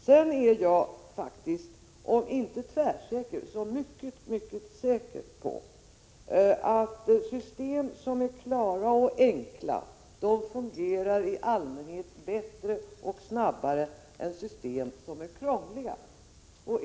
Sedan är jag faktiskt, om inte tvärsäker, så i varje fall mycket mycket säker på att system som är klara och enkla i allmänhet fungerar bättre och snabbare än system som är krångliga.